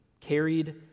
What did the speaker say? carried